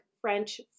French